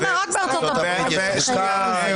רק בארצות-הברית מותר.